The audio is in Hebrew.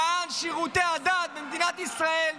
למען שירותי הדת במדינת ישראל.